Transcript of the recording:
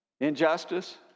Injustice